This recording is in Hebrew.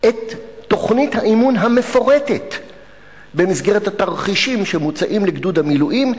את תוכנית האימון המפורטת במסגרת התרחישים שמוצעים לגדוד המילואים,